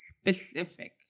specific